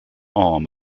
arm